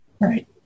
Right